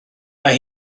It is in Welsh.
mae